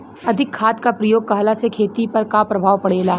अधिक खाद क प्रयोग कहला से खेती पर का प्रभाव पड़ेला?